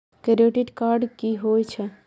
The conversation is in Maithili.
क्रेडिट कार्ड की होय छै?